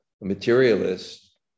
materialist